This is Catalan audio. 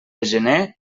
gener